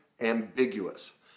ambiguous